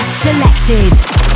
Selected